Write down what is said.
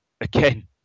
again